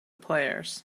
players